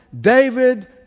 David